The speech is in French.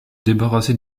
débarrasser